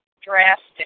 drastic